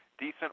Decent